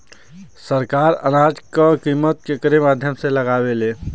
सरकार अनाज क कीमत केकरे माध्यम से लगावे ले?